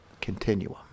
continuum